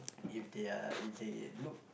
if they are if they looked